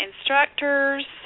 instructors